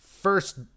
First